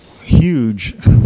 huge